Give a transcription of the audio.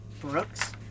brooks